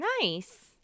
Nice